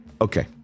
Okay